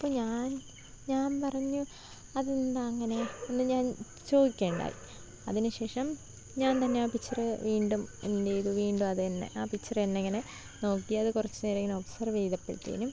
അപ്പോൾ ഞാന് ഞാന് പറഞ്ഞു അതെന്താ അങ്ങനെ എന്നു ഞാന് ചോദിക്കുകയുണ്ടായി അതിനു ശേഷം ഞാന് തന്നെയാണ് പിക്ച്ചർ വീണ്ടും എന്തിനു ചെയ്തു വീണ്ടും അതു തന്നെ ആ പിക്ച്ചർ തന്നിങ്ങനെ നോക്കിയത് കുറച്ചു നേരം ഇങ്ങനെ ഒബ്സര്വ് ചെയ്തപ്പോഴത്തേനും